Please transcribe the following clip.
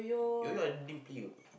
you know ability you